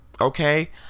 okay